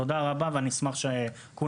תודה רבה ואשמח שכל